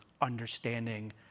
understanding